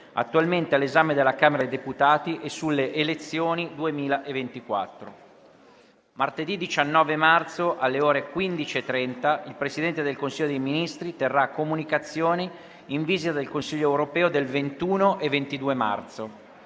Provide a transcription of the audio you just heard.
attualmente all'esame della Camera dei deputati, e sulle elezioni 2024. Martedì 19 marzo, alle ore 15,30, il Presidente del Consiglio dei ministri terrà comunicazioni in vista del Consiglio europeo del 21 e 22 marzo.